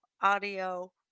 audio